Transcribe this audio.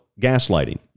gaslighting